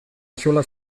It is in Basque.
axola